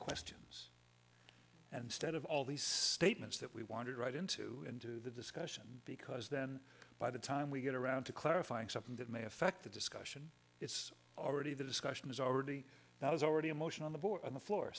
questions and stead of all these statements that we wanted right into the discussion because then by the time we get around to clarifying something that may affect the discussion it's already the discussion is already that was already in motion on the vote on the floor